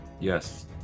Yes